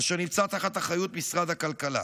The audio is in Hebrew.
אשר נמצא תחת אחריות משרד הכלכלה.